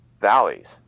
valleys